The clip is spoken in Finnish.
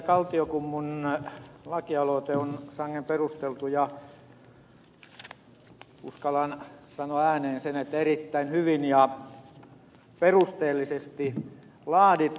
kaltiokummun lakialoite on sangen perusteltu ja uskallan sanoa ääneen sen erittäin hyvin ja perusteellisesti laadittu ja perusteltu